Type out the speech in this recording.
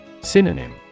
Synonym